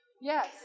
Yes